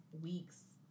weeks